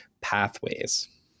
pathways